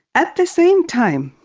at the same time,